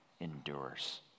endures